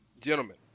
Gentlemen